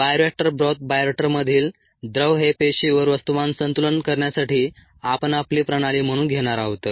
bioreactor broth बायोरिएक्टरमधील द्रव हे पेशींवर वस्तुमान संतुलन करण्यासाठी आपण आपली प्रणाली म्हणून घेणार आहोत